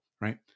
right